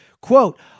Quote